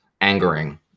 angering